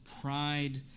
pride